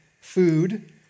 food